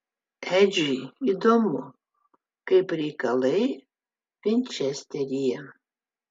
edžiui įdomu kaip reikalai vinčesteryje